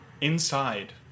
inside